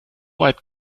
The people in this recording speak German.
weit